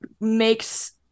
makes